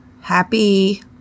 happy